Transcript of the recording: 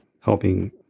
helping